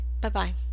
Bye-bye